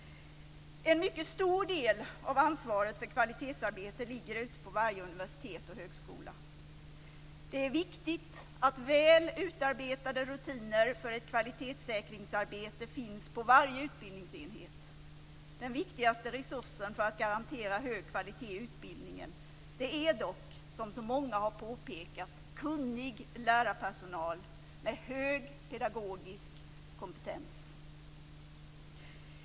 En mycket stor del av ansvaret för kvalitetsarbetet ligger på varje universitet och högskola. Det är viktigt att väl utarbetade rutiner för ett kvalitetssäkringsarbete finns på varje utbildningsenhet. Den viktigaste resursen för att garantera hög kvalitet i utbildningen är dock, som så många har påpekat, kunnig lärarpersonal med hög pedagogisk kompetens.